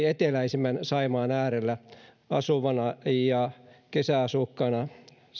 eteläisimmän saimaan äärellä asuvana ja kesäasukkaana